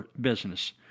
business